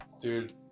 Dude